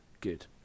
good